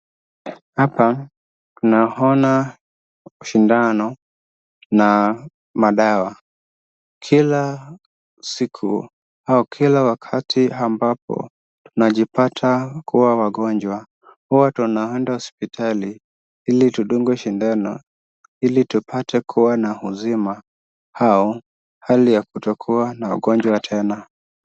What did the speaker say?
Hapa naona shindano na madawa, kila siku au Kila wakati ambapo najipata kuwa wagonjwa huwa tunaendea hospitali hili tudungwe shindano ili tulate kuwa na uzima au hali ya kutokuwa na wagonjwa tena